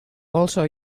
also